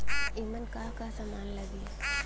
ईमन का का समान लगी?